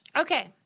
Okay